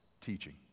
teaching